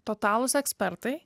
totalūs ekspertai